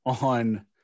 on